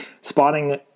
Spotting